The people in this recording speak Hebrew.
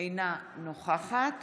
אינה נוכחת